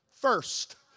first